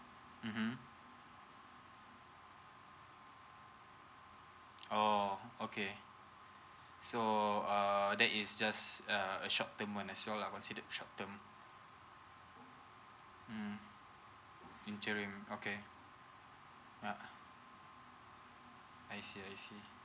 mmhmm oh okay so err that is just a a short term when I so I consider a short term mm interim okay ah I see I see